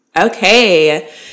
Okay